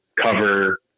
cover